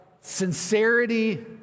sincerity